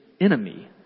enemy